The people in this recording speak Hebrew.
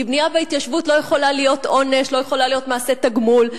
כי בנייה בהתיישבות לא יכולה להיות עונש ולא יכולה להיות מעשה תגמול.